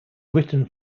written